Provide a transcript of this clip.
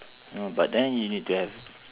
no but then you need to have